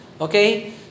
Okay